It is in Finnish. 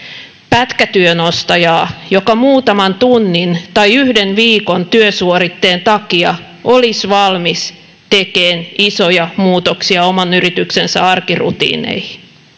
pätkätyön ostajaa joka muutaman tunnin tai yhden viikon työsuoritteen takia olisi valmis tekemään isoja muutoksia oman yrityksensä arkirutiineihin